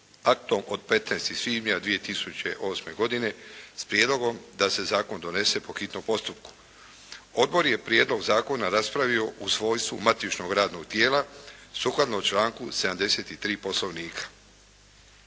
aktom od 15. svibnja 2008. godine s prijedlogom da se zakon donese po hitnom postupku. Odbor je prijedlog zakona raspravio u svojstvu matičnog radnog tijela sukladno članku 73. Poslovnika.